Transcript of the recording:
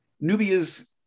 Nubia's